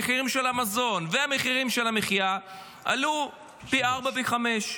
המחירים של המזון והמחירים של המחיה עלו פי ארבעה וחמישה.